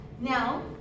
now